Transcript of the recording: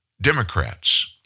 Democrats